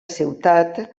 ciutat